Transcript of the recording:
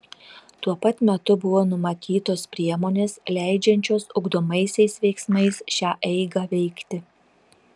tuo pat metu buvo numatytos priemonės leidžiančios ugdomaisiais veiksmais šią eigą veikti